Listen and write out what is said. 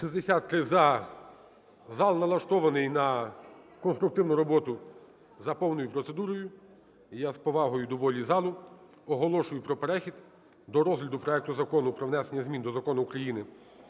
За-63 Зал налаштований на конструктивну роботу за повною процедурою. І я з повагою до волі залу оголошую про перехід до розгляду проекту Закону про внесення змін до Закону України